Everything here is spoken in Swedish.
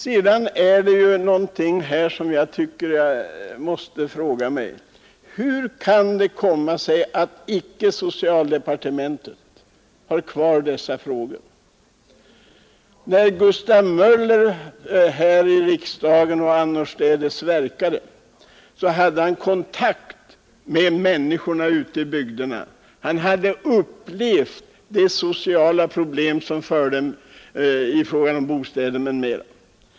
Sedan är det något som jag funderat över: Hur kan det komma sig att icke socialdepartementet har kvar dessa frågor? När Gustav Möller verkade här i riksdagen och annorstädes höll han kontakt med människorna ute i bygderna. Han hade upplevt de sociala problem som förelåg i fråga om bostäder m.m.